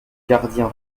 gardien